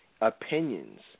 opinions